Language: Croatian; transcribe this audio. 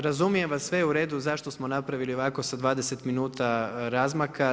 Razumijem vas sve, u redu zašto smo napravili ovako sa 20 minuta razmaka.